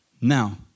Now